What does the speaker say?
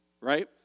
right